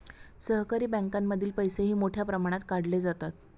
सहकारी बँकांमधील पैसेही मोठ्या प्रमाणात काढले जातात